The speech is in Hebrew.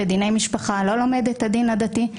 בדיני משפחה לא לומד את הדין הדתי,